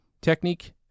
Technique